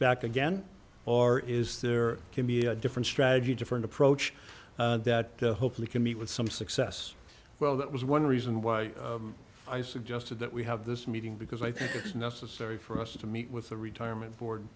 back again or is there can be a different strategy different approach that hopefully can meet with some success well that was one reason why i suggested that we have this meeting because i think it's necessary for us to meet with the retirement board